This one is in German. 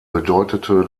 bedeutete